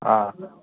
ꯑꯪ